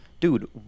Dude